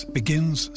begins